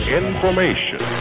information